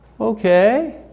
Okay